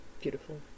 Beautiful